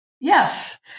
Yes